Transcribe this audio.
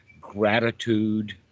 gratitude